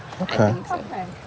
Okay